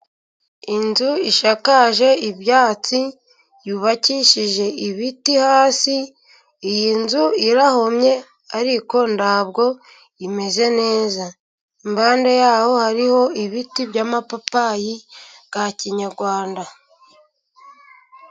Inzu isakaje ibyatsi, yubakishije ibiti, hasi iyi nzu irahomye ariko ntabwo imeze neza, impande y'aho hariho ibiti by'amapapayi ya kinyarwanda.